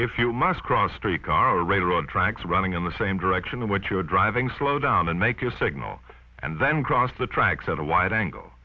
if you must cross streetcar railroad tracks running in the same direction and what you're driving slow down and make your signal and then cross the tracks at a wide angle